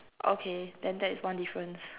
okay then that is one difference